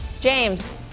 James